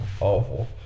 awful